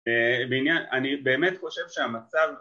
בעניין, אני באמת חושב שהמצב